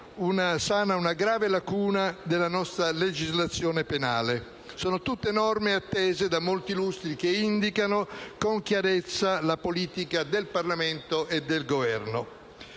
che sana una grave lacuna della nostra legislazione penale. Sono tutte norme attese da molti lustri, che indicano con chiarezza la politica del Parlamento e del Governo.